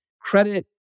credit